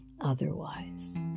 otherwise